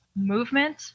movement